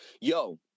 Yo